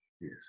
Yes